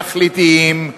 תכליתיים,